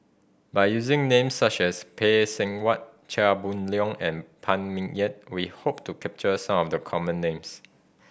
by using names such as Phay Seng Whatt Chia Boon Leong and Phan Ming Yen we hope to capture some of the common names